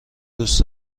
دوست